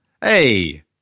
hey